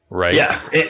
Yes